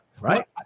Right